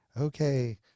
Okay